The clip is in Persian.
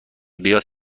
بیاد